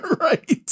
right